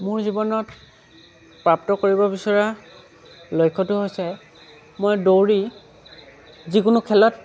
মোৰ জীৱনত প্ৰাপ্ত কৰিব বিচৰা লক্ষ্যটো হৈছে মই দৌৰি যিকোনো খেলত